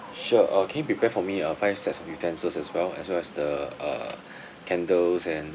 sure uh can you prepare for me uh five sets of utensils as well as well as the uh candles and